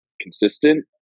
consistent